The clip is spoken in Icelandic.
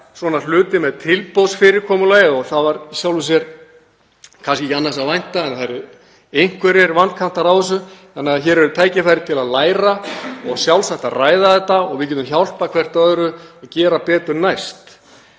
svona hluti með tilboðsfyrirkomulagi og það var í sjálfu sér kannski ekki annars að vænta en það yrðu einhverjir vankantar á þessu. Hér eru því tækifæri til að læra og sjálfsagt að ræða þetta og við getum hjálpað hvert öðru að gera betur næst.